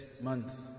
month